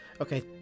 Okay